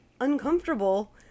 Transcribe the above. uncomfortable